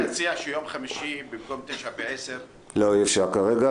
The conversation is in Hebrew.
אני מציע שביום חמישי במקום 9:00 ו-10:00 -- אי אפשר כרגע.